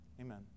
Amen